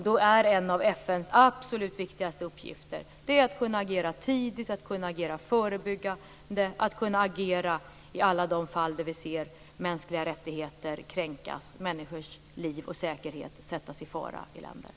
Då är en av FN:s absolut viktigaste uppgifter att kunna agera tidigt, att kunna agera förebyggande och att kunna agera i alla de fall där vi ser mänskliga rättigheter kränkas och människors liv och säkerhet sättas i fara i olika länder.